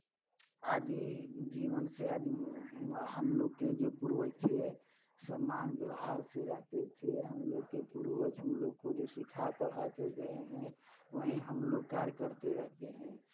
आदी जीवन से आदी हम लोग के जो पूर्वज थे सम्मान व्यवहार से रहते थे हम लोग के पूर्वज हम लोग को जो सिखा पढ़ा कर गए हैं वही हम लोग कार्य करते रहते हैं